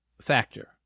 factor